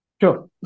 Sure